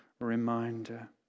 reminder